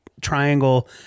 triangle